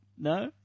No